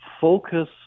focus